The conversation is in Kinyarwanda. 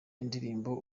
indirimbo